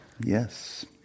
Yes